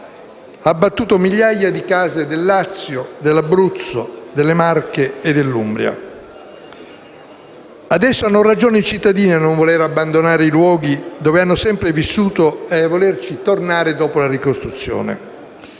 ha abbattuto migliaia di case del Lazio, dell'Abruzzo, delle Marche e dell'Umbria. Hanno ragione i cittadini a non voler abbandonare i luoghi dove hanno sempre vissuto e a volerci tornare dopo la ricostruzione.